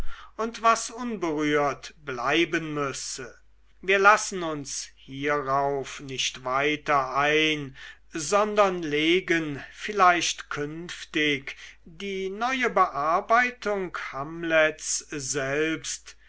und was unberührt bleiben müsse wir lassen uns hierauf nicht weiter ein sondern legen vielleicht künftig die neue bearbeitung hamlets selbst